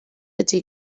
ydy